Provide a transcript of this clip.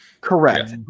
Correct